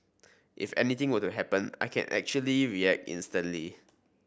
if anything were to happen I can actually react instantly